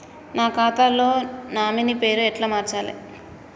నా ఖాతా లో నామినీ పేరు ఎట్ల మార్చాలే?